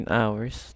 hours